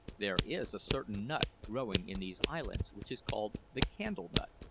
there is a certain nut growing in these islands which is called the candle-nut,